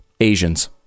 asians